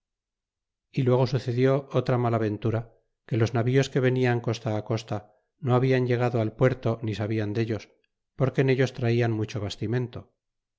é luego sucedió otra malaventura que los navíos que venian costa á costa no habianllegado al puerto ni sabian dellos porque en ellos traian mucho bastimento